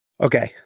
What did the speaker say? Okay